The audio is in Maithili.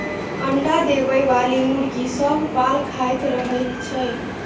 अंडा देबयबाली मुर्गी सभ पाल खाइत रहैत छै